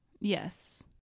Yes